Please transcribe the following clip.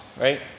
right